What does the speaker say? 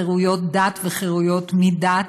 חירויות דת וחירויות מדת,